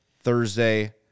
Thursday